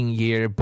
year